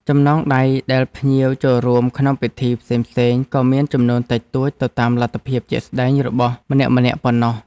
ចំណងដៃដែលភ្ញៀវចូលរួមក្នុងពិធីផ្សេងៗក៏មានចំនួនតិចតួចទៅតាមលទ្ធភាពជាក់ស្ដែងរបស់ម្នាក់ៗប៉ុណ្ណោះ។